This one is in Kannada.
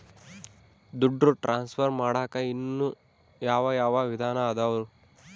ದುಡ್ಡು ಟ್ರಾನ್ಸ್ಫರ್ ಮಾಡಾಕ ಇನ್ನೂ ಯಾವ ಯಾವ ವಿಧಾನ ಅದವು?